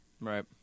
Right